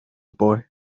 boy